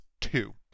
two